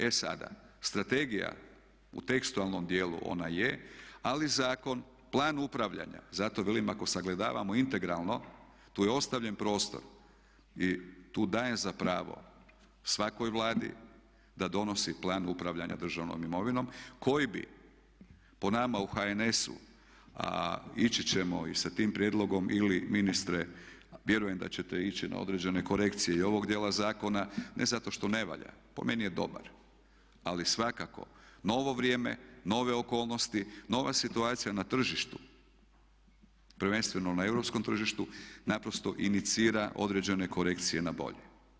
E sada, strategija u tekstualnom dijelu ona je, ali zakon, plan upravljanja, zato velik ako sagledamo integralno tu je ostavljen prostor i tu dajem za pravo svakoj Vladi da donosi plan upravljanja državnom imovinom koji bi po nama u HNS-u, a ići ćemo i sa tim prijedlogom ili ministre vjerujem da ćete ići na određene korekcije i ovog djela zakona ne zato što ne valja, po meni je dobar, ali svakako novo vrijeme, nove okolnosti, nova situacija na tržištu prvenstveno na europskom tržištu naprosto inicira određene korekcije na bolje.